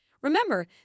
Remember